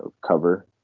cover